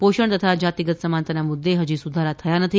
પોષણ તથા જાતીગત સમાનતાના મુદ્દે હજી સુધારા થયા નથી